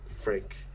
Frank